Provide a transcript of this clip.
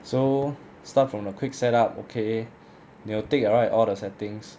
so start from a quick set up okay 你有 take 了 right all the settings